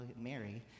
Mary